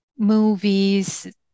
Movies